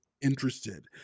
interested